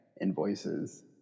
invoices